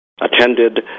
attended